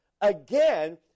again